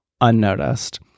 unnoticed